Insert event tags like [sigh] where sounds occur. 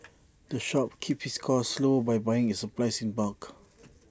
[noise] the shop keeps its costs low by buying its supplies in bulk